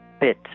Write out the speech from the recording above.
bit